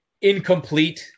incomplete